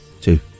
two